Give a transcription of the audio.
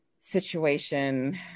situation